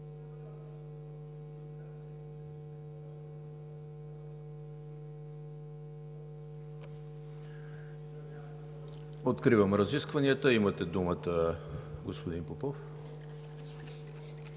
Откривам разискванията. Имате думата, господин Попов.